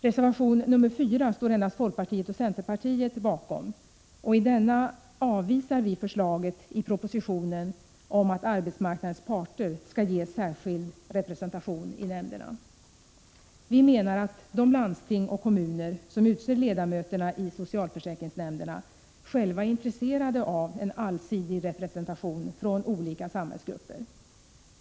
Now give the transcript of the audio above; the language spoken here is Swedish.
Reservation nr 4 står endast folkpartiet och centerpartiet bakom, och i denna avvisar vi förslaget i propositionen om att arbetsmarknadens parter skall ges särskild representation i nämnderna. Vi menar att de landsting och kommuner som utser ledamöterna i socialförsäkringsnämnderna själva är intresserade av en allsidig representation från olika samhällsgrupper.